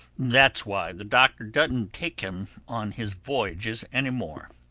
that's why the doctor doesn't take him on his voyages any more.